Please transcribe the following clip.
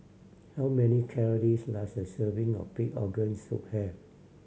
how many calories does a serving of pig organ soup have